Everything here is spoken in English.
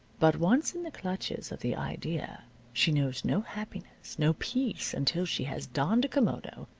but once in the clutches of the idea she knows no happiness, no peace, until she has donned a kimono,